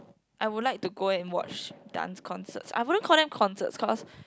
I would like to go and watch dance concerts I wouldn't call them concerts cause